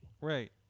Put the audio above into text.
Right